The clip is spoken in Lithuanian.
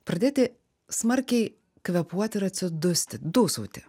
pradėti smarkiai kvėpuoti ir atsidusti dūsauti